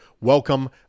Welcome